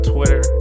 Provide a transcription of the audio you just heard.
Twitter